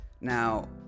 Now